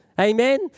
Amen